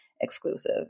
exclusive